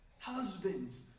husbands